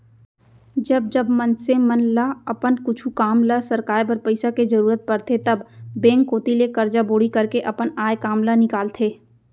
जब जब मनसे मन ल अपन कुछु काम ल सरकाय बर पइसा के जरुरत परथे तब बेंक कोती ले करजा बोड़ी करके अपन आय काम ल निकालथे